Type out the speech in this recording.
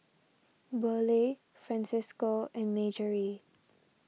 Burleigh Francisco and Marjorie